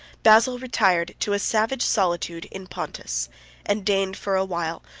basil retired to a savage solitude in pontus and deigned, for a while,